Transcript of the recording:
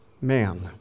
man